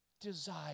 desire